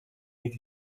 niet